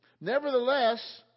Nevertheless